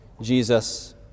Jesus